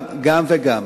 גם וגם.